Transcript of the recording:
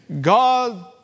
God